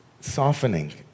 softening